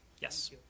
Yes